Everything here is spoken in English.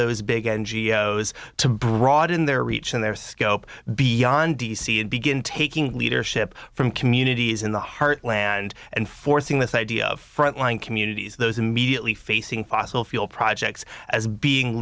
those big n g o s to broaden their reach and their scope beyond d c and begin taking leadership from communities in the heartland and forcing this idea of frontline communities those immediately facing possible feel projects as being